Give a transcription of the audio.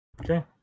Okay